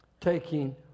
taking